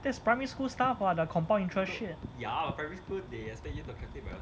there's primary school stuff [what] the compound interest shit